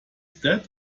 that